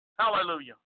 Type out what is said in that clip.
Hallelujah